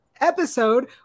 episode